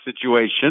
situation